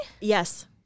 Yes